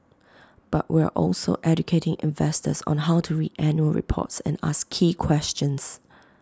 but we're also educating investors on how to read annual reports and ask key questions